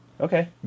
Okay